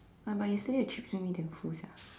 but yesterday the chips made me damn full sia